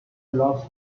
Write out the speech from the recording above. loves